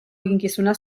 eginkizuna